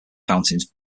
fountains